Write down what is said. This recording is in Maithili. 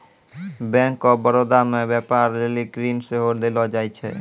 बैंक आफ बड़ौदा मे व्यपार लेली ऋण सेहो देलो जाय छै